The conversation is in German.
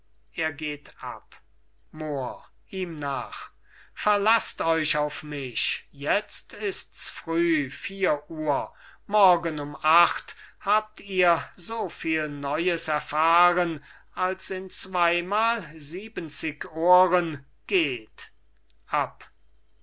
er geht ab mohr ihm nach verlaßt euch auf mich jetzt ists früh vier uhr morgen um acht habt ihr so viel neues erfahren als in zweimal siebenzig ohren geht ab